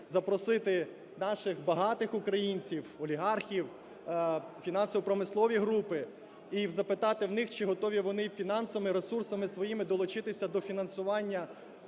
Запросити наших багатих українців, олігархів, фінансово-промислові групи і запитати в них, чи готові вони фінансами, ресурсами своїми долучитися до фінансування